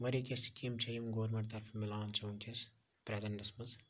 واریاہ کینٛہہ سکیٖم چھ یِم گورمنٹ طَرفہٕ مِلان چھِ وٕنکٮ۪س پریٚزنٹَس مَنٛز